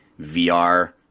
vr